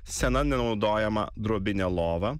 sena nenaudojama drobinė lova